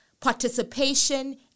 participation